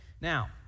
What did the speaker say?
Now